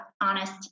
honest